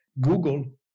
Google